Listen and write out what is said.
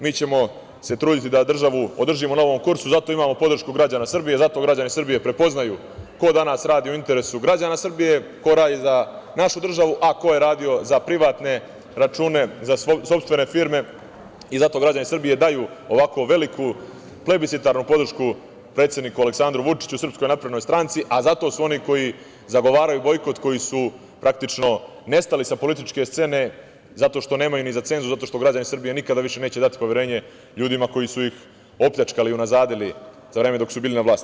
Mi ćemo se truditi da državu održimo na ovom kursu i za to imamo podršku građana Srbije, zato građani Srbije prepoznaju ko danas radi u interesu građana Srbije, ko radi za našu državu, a ko je radio za privatne račune, za sopstvene firme i zato građani Srbije daju ovako veliku plebiscitarnu podršku predsedniku Aleksandru Vučiću, Srpskoj naprednoj stranci, a zato su oni koji zagovaraju bojkot, koji su, praktično, nestali sa političke scene, zato što nemaju ni za cenzus, zato što građani Srbije nikada više neće dati poverenje ljudima koji su ih opljačkali i unazadili za vreme dok su bili na vlasti.